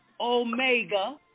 Omega